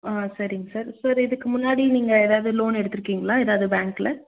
ஆ சரிங்க sir sir இதுக்கு முன்னாடி நீங்கள் ஏதாது லோன் எடுத்துருக்கீங்களா ஏதாது பேங்கில்